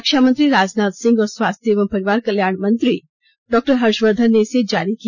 रक्षा मंत्री राजनाथ सिंह और स्वास्थ्य एवं परिवार कल्याण मंत्री डॉक्टर हर्षवर्धन ने इसे जारी किया